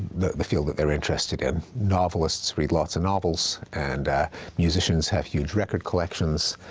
the the field that they're interested in. novelists read lots of novels, and musicians have huge record collections.